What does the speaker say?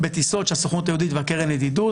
בטיסות של הסוכנות היהודית והקרן לידידות